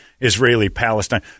Israeli-Palestine